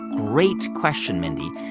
great question, mindy.